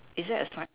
is there a stripe